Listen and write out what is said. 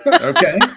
Okay